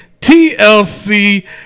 TLC